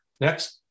Next